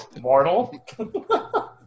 mortal